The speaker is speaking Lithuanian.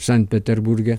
sankt peterburge